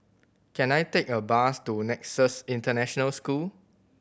can I take a bus to Nexus International School